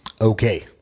Okay